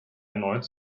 erneut